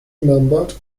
remembered